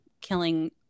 killing